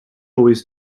always